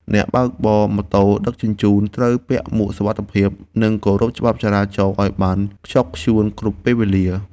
អ្នកបើកបរម៉ូតូដឹកជញ្ជូនត្រូវពាក់មួកសុវត្ថិភាព និងគោរពច្បាប់ចរាចរណ៍ឱ្យបានខ្ជាប់ខ្ជួនគ្រប់ពេលវេលា។